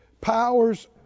powers